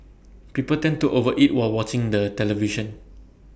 people tend to over eat while watching the television